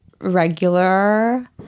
regular